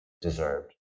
deserved